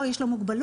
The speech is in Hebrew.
או יש לו מוגבלות,